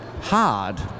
hard